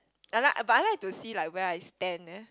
I like I but I like to see like where I stand eh